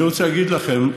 אני רוצה להגיד לכם,